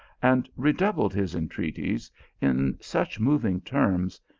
and redoubled his entreaties in such moving terms,